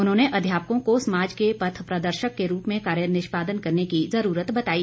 उन्होंने अध्यापकों को समाज के पथ प्रदर्शक के रूप में कार्य निष्पादन करने की जरूरत बताई